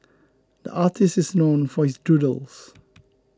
the artist is known for his doodles